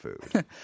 food